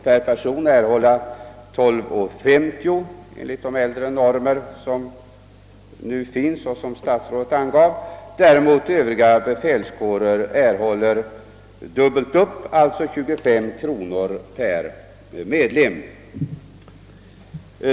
12:50 per person enligt de äldre normer som nu finns och som statsrådet angav, medan övriga befälskårer erhåller dubbelt upp, d. v. s. 25 kronor per medlem.